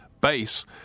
base